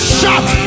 shut